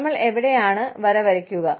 നമ്മൾ എവിടെയാണ് വര വരയ്ക്കുക